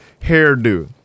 hairdo